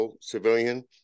civilian